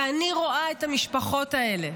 ואני רואה את המשפחות האלה,